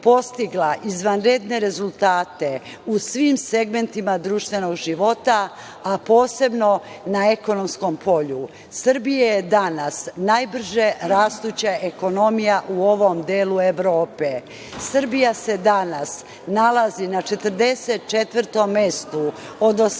izvanredne rezultate u svim segmentima društvenog života, a posebno na ekonomskom polju. Srbija je danas najbrže rastuća ekonomija u ovom delu Evrope. Srbija se danas nalazi n a 44. mestu od 80